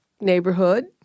neighborhood